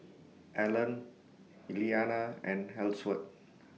Allan Elliana and Ellsworth